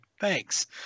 thanks